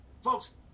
Folks